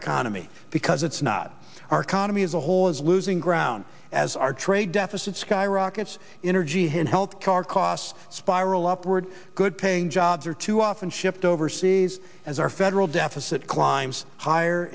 economy because it's not our economy as a whole is losing ground as our trade deficit skyrockets energy health care costs spiral upward good paying jobs are too often shipped overseas as our federal deficit climbs higher